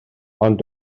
ond